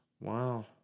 Wow